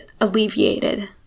alleviated